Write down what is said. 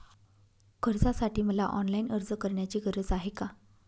कर्जासाठी मला ऑनलाईन अर्ज करण्याची गरज आहे का?